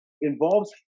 involves